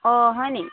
অঁ হয়নি